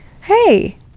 Hey